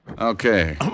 Okay